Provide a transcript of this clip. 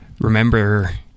remember